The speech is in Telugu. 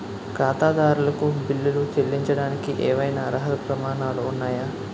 ఖాతాదారులకు బిల్లులు చెల్లించడానికి ఏవైనా అర్హత ప్రమాణాలు ఉన్నాయా?